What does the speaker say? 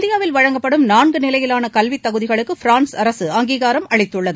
இந்தியாவில் வழங்கப்படும் நான்கு நிலையிலான கல்வி தகுதிகளுக்கு பிரான்ஸ் அரசு அங்கீகாரம் அளித்துள்ளது